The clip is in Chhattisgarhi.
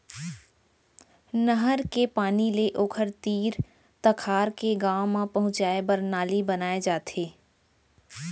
नहर के पानी ले ओखर तीर तखार के गाँव म पहुंचाए बर नाली बनाए जाथे